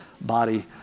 body